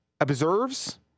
observes